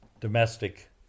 domestic